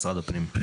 משרד הפנים.